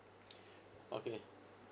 okay